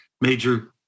major